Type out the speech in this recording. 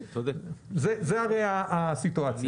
זאת הסיטואציה.